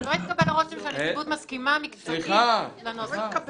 שלא יתקבל הרושם שהנציבות מסכימה מקצועית לנוסח.